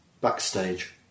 backstage